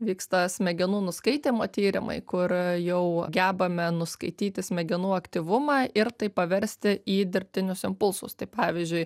vyksta smegenų nuskaitymo tyrimai kur jau gebame nuskaityti smegenų aktyvumą ir tai paversti į dirbtinius impulsus tai pavyzdžiui